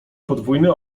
podwójny